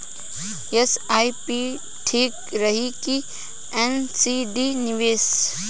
SIP ठीक रही कि एन.सी.डी निवेश?